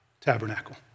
tabernacle